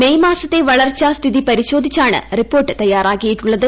May മാസത്തെ വളർച്ച് സ്ഥിതി പരിശോധിച്ചാണ് റിപ്പോർട്ട് തയ്യാറാക്കിയിട്ടുള്ളത്